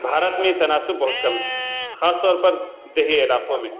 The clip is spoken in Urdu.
بھارت میں تناسب بہت کم ہے خاص طور پر دیہی علاقوں میں